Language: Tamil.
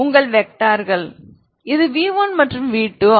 உங்கள் வெக்டர்கள் இது v1 மற்றும் v2